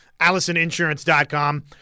Allisoninsurance.com